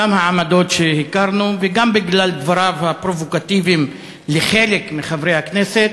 גם בגלל העמדות שהכרנו וגם בגלל דבריו הפרובוקטיביים לחלק מחברי הכנסת,